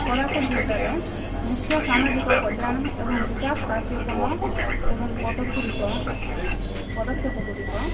କୋରାପୁଟ ଜିଲ୍ଲାରେ ମୁଖ୍ୟ ସାମାଜିକ କଲ୍ୟାଣ ଏବଂ ବିକାଶ କାର୍ଯ୍ୟକ୍ରମ ଏବଂ ପଦ ଗୁଡ଼ିକ ପଦକ୍ଷେପ ଗୁଡ଼ିକ